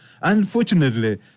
Unfortunately